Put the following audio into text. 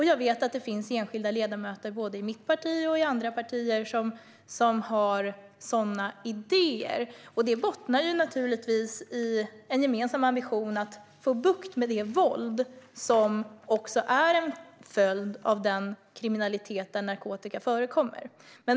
Jag vet att det finns enskilda ledamöter både i mitt parti och i andra partier som har sådana idéer, och det bottnar naturligtvis i en gemensam ambition att få bukt med det våld som också är en följd av den kriminalitet där narkotika förekommer.